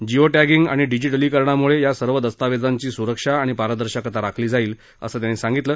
Jio tagging आणि डिजिटलीकरणामुळे या सर्व दस्तावेजांची सुरक्षा आणि पारदर्शकता राखली जाईल असं त्यांनी सांगितलं